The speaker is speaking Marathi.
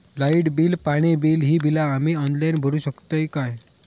लाईट बिल, पाणी बिल, ही बिला आम्ही ऑनलाइन भरू शकतय का?